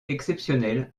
exceptionnelles